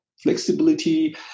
flexibility